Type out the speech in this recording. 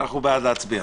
אנחנו בעד הצבעה.